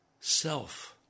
self